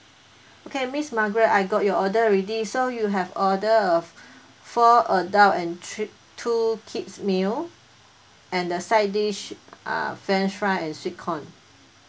okay miss margaret I got your order already so you have order a f~ four adult and three two kids' meal and a side dish uh french fries and sweet corn